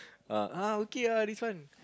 ah okay ah this one